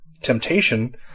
temptation